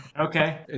Okay